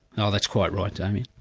and that's quite right, damien.